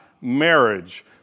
marriage